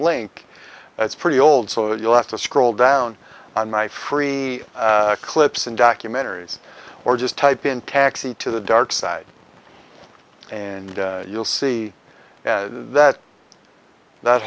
link that's pretty old so you'll have to scroll down on my free clips and documentaries or just type in taxi to the dark side and you'll see that that